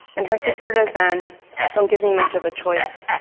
and her sister razan don't give me much of a choice.